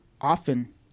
often